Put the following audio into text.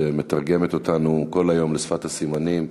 שמתרגמת אותנו כל היום לשפת הסימנים.